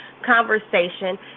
conversation